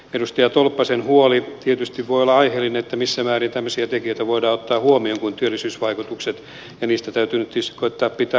edustaja tolppasen huoli tietysti voi olla aiheellinen että missä määrin tämmöisiä tekijöitä voidaan ottaa huomioon kuin työllisyysvaikutukset ja niistä täytyy nyt tietysti koettaa pitää huolta